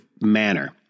manner